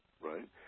right